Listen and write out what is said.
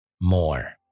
more